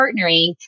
partnering